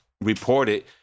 reported